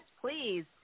please